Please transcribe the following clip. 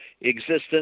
existence